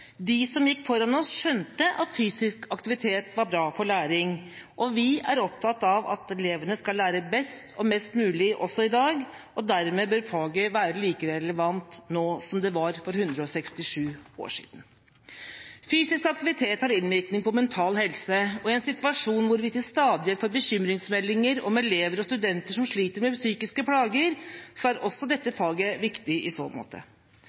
De som gikk foran oss, skjønte at fysisk aktivitet var bra for læring, og vi er opptatt av at elevene skal lære best og mest mulig også i dag, og dermed bør faget være like relevant nå som det var for 167 år siden. Fysisk aktivitet har innvirkning på mental helse, og i en situasjon hvor vi til stadighet får bekymringsmeldinger om elever og studenter som sliter med psykiske plager, er dette faget viktig også i så måte.